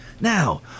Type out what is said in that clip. Now